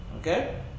Okay